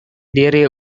diri